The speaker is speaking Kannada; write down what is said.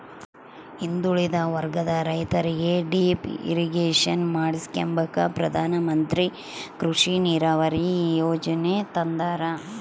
ಹಿಂದುಳಿದ ವರ್ಗದ ರೈತರಿಗೆ ಡಿಪ್ ಇರಿಗೇಷನ್ ಮಾಡಿಸ್ಕೆಂಬಕ ಪ್ರಧಾನಮಂತ್ರಿ ಕೃಷಿ ನೀರಾವರಿ ಯೀಜನೆ ತಂದಾರ